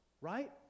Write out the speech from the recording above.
Right